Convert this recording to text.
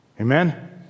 Amen